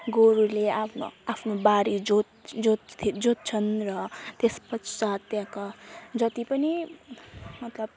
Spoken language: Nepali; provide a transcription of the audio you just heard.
गोरुले आफ्नो आफ्नो बारी जोत् जोत् जोत्छन र त्यस पश्चात त्यहाँका जति पनि मतलब